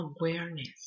awareness